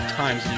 times